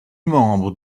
membre